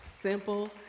simple